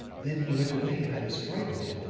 then he went away, and i was frightened.